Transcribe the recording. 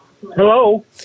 Hello